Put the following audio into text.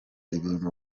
ibintu